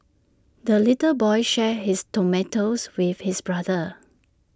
the little boy shared his tomatoes with his brother